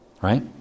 right